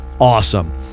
awesome